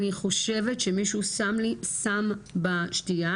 אני חושבת שמישהו שם לי סם בשתייה,